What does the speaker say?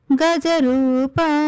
Gajarupa